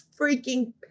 freaking